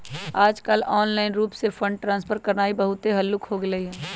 याजकाल ऑनलाइन रूप से फंड ट्रांसफर करनाइ बहुते हल्लुक् हो गेलइ ह